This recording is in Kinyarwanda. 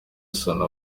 isoni